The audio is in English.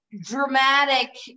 dramatic